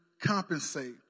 compensate